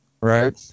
right